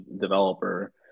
developer